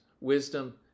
wisdom